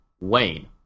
Wayne